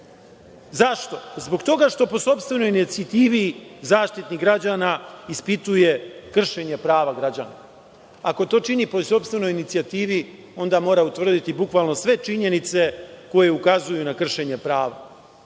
Zašto? Zbog toga što po sopstvenoj inicijativi Zaštitnik građana ispituje kršenje prava građana. Ako to čini po sopstvenoj inicijativi, onda mora utvrditi bukvalno sve činjenice koje ukazuju na kršenje prava.